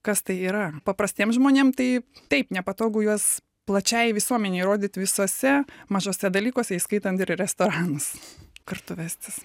kas tai yra paprastiem žmonėm tai taip nepatogu juos plačiai visuomenei rodyt visuose mažuose dalykuose įskaitant ir restoranus kartu vestis